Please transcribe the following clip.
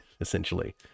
essentially